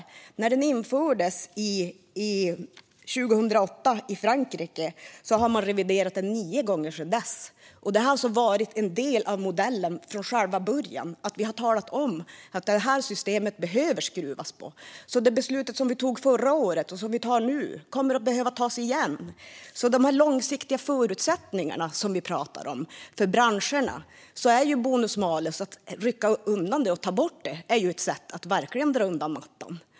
Modellen infördes 2008 i Frankrike, och man har reviderat den nio gånger sedan dess. Det har alltså varit en del av modellen från själva början. Vi har talat om att det här systemet behöver skruvas på. Vi tog ett beslut förra året och tar ett till nu, och det kommer att behöva tas fler. Det handlar om de långsiktiga förutsättningarna för branscherna. Att rycka undan och ta bort bonus malus är ju verkligen ett sätt att dra undan mattan.